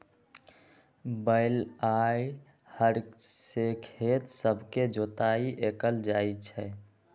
बैल आऽ हर से खेत सभके जोताइ कएल जाइ छइ